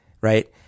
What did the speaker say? Right